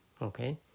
Okay